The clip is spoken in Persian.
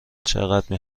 چقدر